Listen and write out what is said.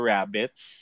Rabbits